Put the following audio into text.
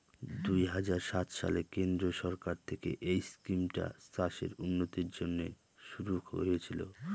দুই হাজার সাত সালে কেন্দ্রীয় সরকার থেকে এই স্কিমটা চাষের উন্নতির জন্যে শুরু হয়েছিল